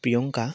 Priyanka